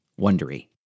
Wondery